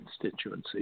constituency